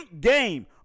game